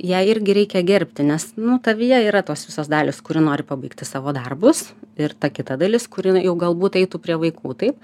ją irgi reikia gerbti nes nu tavyje yra tos visos dalys kurių nori pabaigti savo darbus ir ta kita dalis kur jinai jau galbūt eitų prie vaikų taip